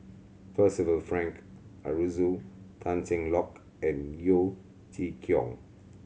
Percival Frank Aroozoo Tan Cheng Lock and Yeo Chee Kiong